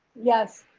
yes.